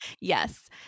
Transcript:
Yes